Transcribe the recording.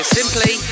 simply